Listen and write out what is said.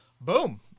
boom